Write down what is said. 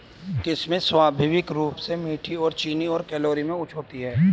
किशमिश स्वाभाविक रूप से मीठी और चीनी और कैलोरी में उच्च होती है